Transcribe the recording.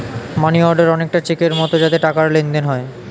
মানি order অনেকটা চেকের মতো যাতে টাকার লেনদেন হয়